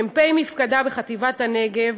מ"פ מפקדה בחטיבת הנגב,